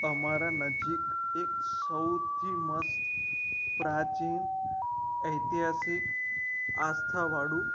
અમારા નજીક એક સૌથી મસ્ત પ્રાચીન ઐતિહાસિક આસ્થાવાળું